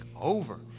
over